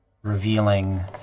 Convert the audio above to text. ...revealing